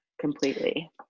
completely